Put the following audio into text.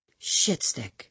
Shitstick